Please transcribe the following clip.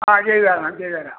ആ ചെയ്തുതരണം ചെയ്തുതരാം